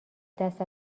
دست